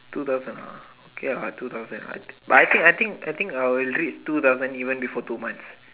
two thousand ah okay ah two thousand ah I but I think I think I will reach two thousand even before two months